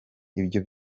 ibyo